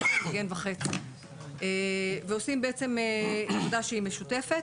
ועושים עבודה משותפת.